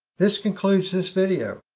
this concludes this video.